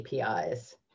APIs